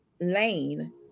lane